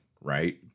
right